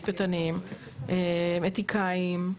משפטנים, אתיקאים.